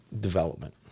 development